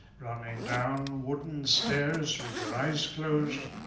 i mean down wooden stairs with your eyes closed.